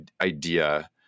idea